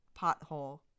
pothole